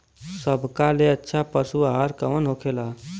सबका ले अच्छा पशु आहार कवन होखेला?